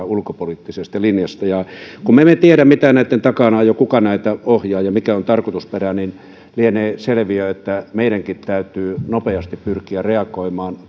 ulkopoliittisesta linjasta ja kun me emme tiedä mitä näiden takana on ja kuka näitä ohjaa ja mikä on tarkoitusperä niin lienee selviö että meidänkin täytyy nopeasti pyrkiä reagoimaan